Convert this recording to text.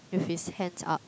with his hands up